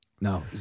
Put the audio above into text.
No